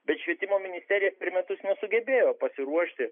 bet švietimo ministerija per metus nesugebėjo pasiruošti